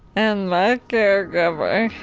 and my caregiver.